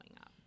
up